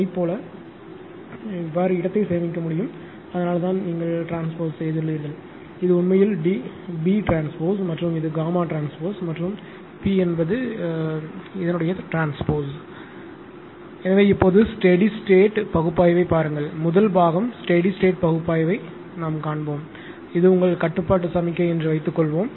அதை போல இடத்தை சேமிக்க முடியும் அதனால்தான் நீங்கள் ட்ரான்ஸ்போஸ் செய்துள்ளீர்கள் இது உண்மையில் B டிரான்ஸ்போஸ் மற்றும் இது Γ ட்ரான்ஸ்போஸ் மற்றும் P என்பது டிஸ்டர்பன்ஸ் எனவே இப்போது ஸ்டெடி ஸ்டேட் பகுப்பாய்வைப் பாருங்கள் முதல் பாகம் ஸ்டெடி ஸ்டேட் பகுப்பாய்வைக் காண்போம் இது உங்கள் கட்டுப்பாட்டு சமிக்ஞை என்று வைத்து கொள்வோம்